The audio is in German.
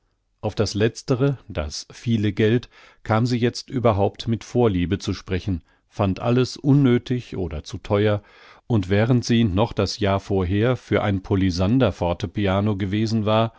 auf das letztere das viele geld kam sie jetzt überhaupt mit vorliebe zu sprechen fand alles unnöthig oder zu theuer und während sie noch das jahr vorher für ein polysander fortepiano gewesen war